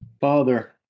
Father